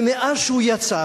ומאז שהוא יצא,